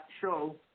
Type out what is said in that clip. show